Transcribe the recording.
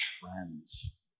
friends